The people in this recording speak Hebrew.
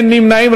אין נמנעים.